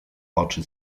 oczy